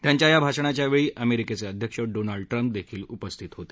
त्यांच्या या भाषणाच्या वेळी अमेरिकेचे अध्यक्ष डोनाल्ड ट्रम्पही उपस्थित होते